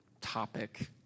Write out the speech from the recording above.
topic